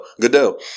Goodell